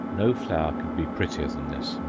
no flower could be prettier than this,